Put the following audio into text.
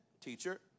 teacher